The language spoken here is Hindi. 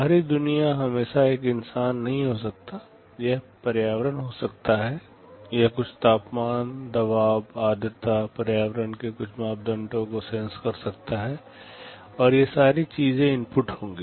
बाहरी दुनिया हमेशा एक इंसान नहीं हो सकता यह पर्यावरण हो सकता है यह कुछ तापमान दबाव आर्द्रता पर्यावरण के कुछ मापदंडों को सेंस कर सकता है और ये सारी चीज़ें इनपुट होंगी